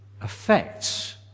affects